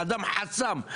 ואדם חסם,